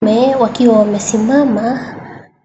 Wanaume wakiwa wamesimama